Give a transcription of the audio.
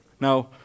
Now